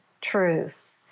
truth